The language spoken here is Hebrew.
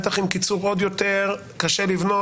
בטח עם עוד יותר קיצור קשה לבנות,